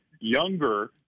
younger